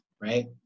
right